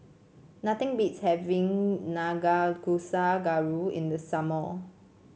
nothing beats having Nanakusa Gayu in the summer